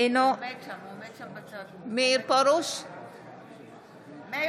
אינו